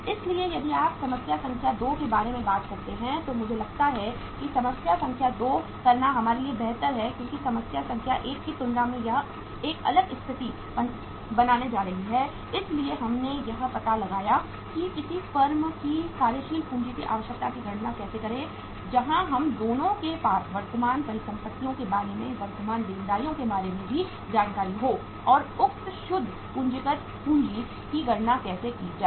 इसलिए यदि आप समस्या संख्या 2 के बारे में बात करते हैं तो मुझे लगता है कि समस्या संख्या 2 करना हमारे लिए बेहतर है क्योंकि समस्या संख्या 1 की तुलना में यह एक अलग स्थिति बनाने जा रही है इसलिए हमने यह पता लगाया कि किसी कंपनी की कार्यशील पूंजी की आवश्यकता की गणना कैसे करें जहाँ हम दोनों के पास वर्तमान परिसंपत्तियों के बारे में वर्तमान देनदारियों के बारे में भी जानकारी हो और उक्त शुद्ध पूंजीगत पूंजी की गणना कैसे की जाए